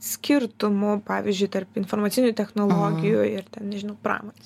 skirtumų pavyzdžiui tarp informacinių technologijų ir ten nežinau pramonės